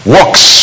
Works